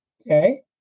Okay